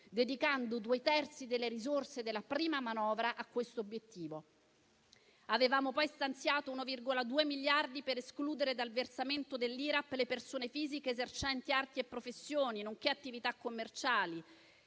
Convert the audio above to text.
dedicando due terzi delle risorse della prima manovra a questo obiettivo. Avevamo poi stanziato 1,2 miliardi per escludere dal versamento dell'IRAP le persone fisiche esercenti arti e professioni, nonché attività commerciali.